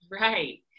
Right